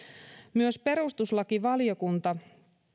myös perustuslakivaliokunta